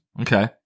Okay